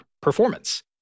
performance